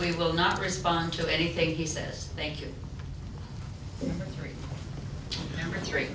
we will not respond to anything he says thank you three three